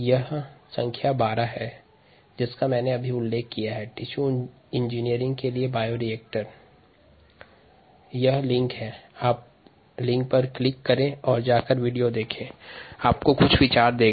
slide समय 0456 में 12 संख्या पर ऊतक अभियांत्रिकी के लिए बायोरिएक्टर का लिंक उल्लेखित है जिस पर क्लिक करके वीडियो देख सकते है